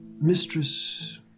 mistress